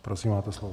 Prosím, máte slovo.